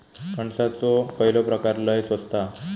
कणसाचो खयलो प्रकार लय स्वस्त हा?